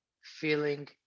feeling